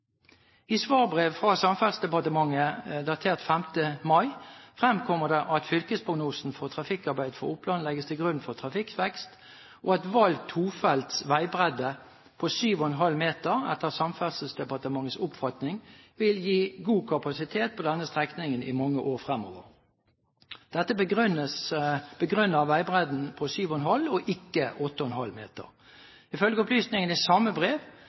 I svarbrev fra Samferdselsdepartementet datert 5. mai fremkommer det at fylkesprognosen for trafikkarbeid for Oppland legges til grunn for trafikkvekst, og at valgt tofelts veibredde på 7,5 meter etter Samferdselsdepartementets oppfatning vil gi god kapasitet på denne strekningen i mange år fremover. Dette begrunner veibredden på 7,5 og ikke 8,5 meter. Ifølge opplysningene i samme brev